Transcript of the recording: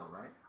right